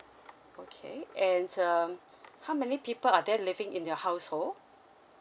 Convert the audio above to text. okay and um how many people are there living in your household